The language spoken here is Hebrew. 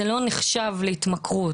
זה לא נחשב להתמכרות.